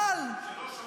מה הוא מתלונן?